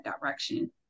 direction